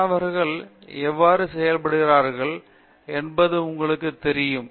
மாணவர்கள் எவ்வாறு செயல்படுகிறார்கள் என்பது உங்களுக்குத் தெரியும்